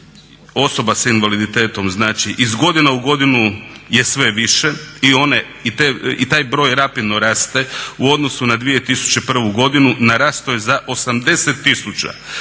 Osoba s invaliditetom iz godina u godinu je sve više i taj broj rapidno raste u odnosu na 2001.godinu narastao je za 80